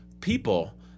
people